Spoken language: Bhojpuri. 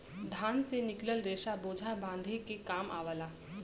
धान से निकलल रेसा बोझा बांधे के काम आवला